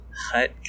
hut